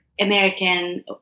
American